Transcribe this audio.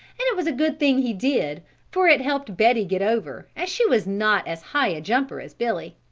and it was a good thing he did for it helped betty get over as she was not as high a jumper as billy.